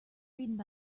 reading